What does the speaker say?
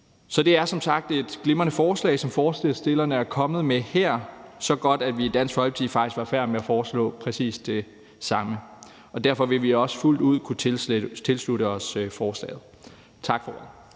Så det er som sagt et glimrende forslag, som forslagsstillerne her er kommet med. Ja, det er faktisk så godt, at vi i Dansk Folkeparti var i færd med at foreslå præcis det samme, og derfor vil vi også fuldt ud kunne tilslutte os forslaget. Tak for